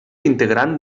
integrant